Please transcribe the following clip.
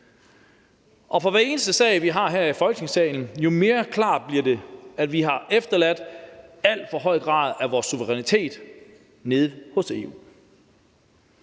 Og for hver eneste sag, vi har her i Folketingssalen, bliver det mere og mere klart det, at vi har efterladt en alt for høj grad af vores suverænitet nede hos EU.